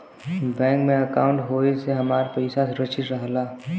bank में अंकाउट होये से हमार पइसा सुरक्षित रहला